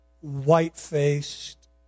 white-faced